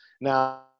Now